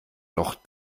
doch